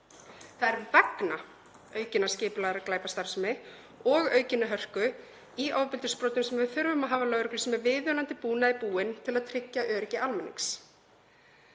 Það er vegna aukinnar skipulagðrar glæpastarfsemi og aukinnar hörku í ofbeldisbrotum sem við þurfum að hafa lögreglu sem er viðunandi búnaði búin til að tryggja öryggi almennings.